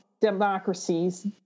democracies